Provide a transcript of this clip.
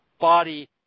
body